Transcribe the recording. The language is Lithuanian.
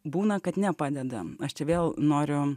būna kad nepadeda aš čia vėl noriu